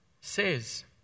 says